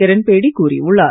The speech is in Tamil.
கிரண்பேடி கூறியுள்ளார்